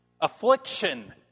Affliction